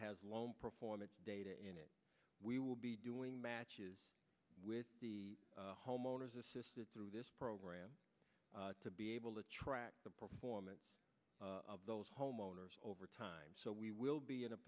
has long performance data and we will be doing matches with the homeowners assisted through this program to be able to track the performance of those homeowners over time so we will be in a